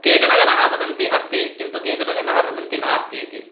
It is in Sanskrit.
केचनजनाः वदन्ति अस्ति किन्तु केचन जनाः वदन्ति नास्ति इति